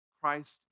Christ